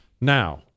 Now